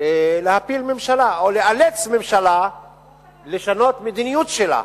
להפיל ממשלה או לאלץ ממשלה לשנות את המדיניות שלה.